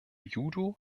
judo